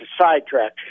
sidetrack